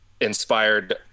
inspired